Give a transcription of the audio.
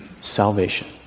salvation